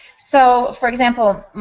so, for example,